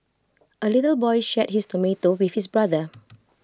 the little boy shared his tomato with his brother